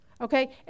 Okay